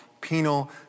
penal